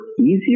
easier